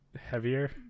Heavier